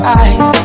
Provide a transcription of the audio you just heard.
eyes